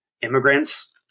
immigrants –